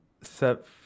set